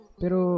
pero